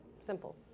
simple